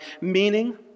meaning